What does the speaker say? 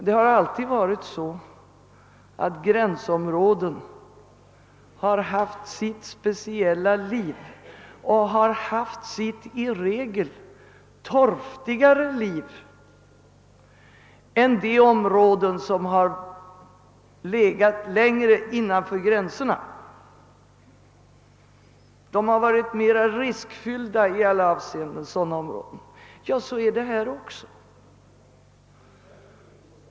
Det har alltid varit så att gränsområden har haft sitt speciella och i regel torftigare liv än de områden som legat längre innanför gränserna. Gränsområdena har i alla avseenden varit mera riskfyllda att leva i. Så är det här också.